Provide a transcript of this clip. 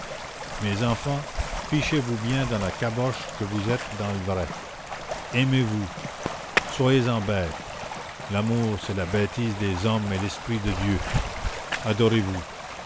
mes enfants fichez vous bien dans la caboche que vous êtes dans le vrai aimez-vous soyez-en bêtes l'amour c'est la bêtise des hommes et l'esprit de dieu